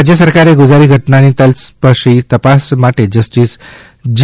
રાજય સરકારે ગોઝારી ઘટના ની તલસ્પર્શી તપાસ માટેજસ્ટીસ જી